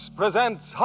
presents